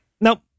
Nope